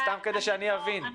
סתם כדי שאני אבין,